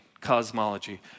cosmology